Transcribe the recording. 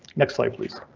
next slide, please.